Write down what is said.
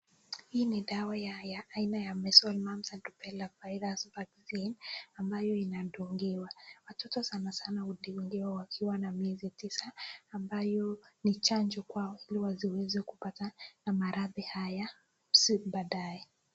Hii ni dawa ya aina ya measles mumps rubella virus vaccine ambayo inadungwa. Watoto sanasana hudungwa wakiwa na miezi tisa, ambayo ni chanjo kwao ili wasiweze kupata na maradhi haya msiwe baadaye.